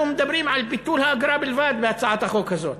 אנחנו מדברים על ביטול האגרה בלבד בהצעת החוק הזאת.